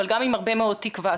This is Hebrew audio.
אבל גם עם הרבה מאוד תקווה,